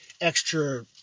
extra